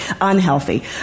unhealthy